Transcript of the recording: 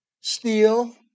steel